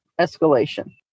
escalation